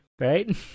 Right